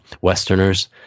Westerners